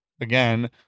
again